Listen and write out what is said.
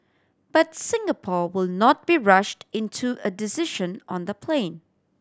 but Singapore will not be rushed into a decision on the plane